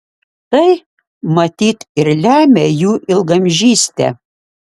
tai matyt ir lemia jų ilgaamžystę